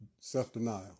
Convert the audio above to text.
self-denial